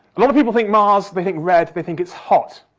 a lot of people think mars, they think red, they think it's hot.